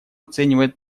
оценивает